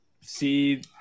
see